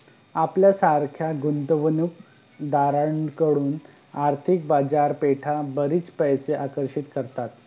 आपल्यासारख्या गुंतवणूक दारांकडून आर्थिक बाजारपेठा बरीच पैसे आकर्षित करतात